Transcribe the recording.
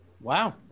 Wow